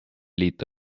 liit